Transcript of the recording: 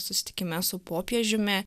susitikime su popiežiumi